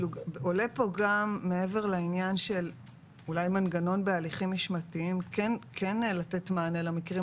עולה פה מעבר לעניין של מנגנון בהליכים משמעתיים כן לתת מענה למקרים